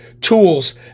tools